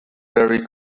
very